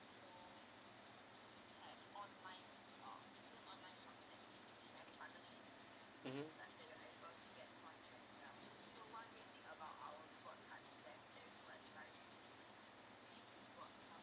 mmhmm